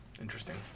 Interesting